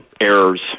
errors